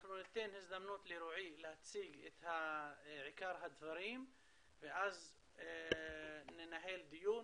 אנחנו ניתן הזדמנות לרועי להציג את עיקר הדברים ואז ננהל דיון,